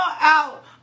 out